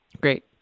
Great